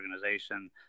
organization